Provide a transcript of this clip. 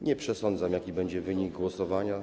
Nie przesądzam, jaki będzie wynik głosowania.